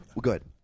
good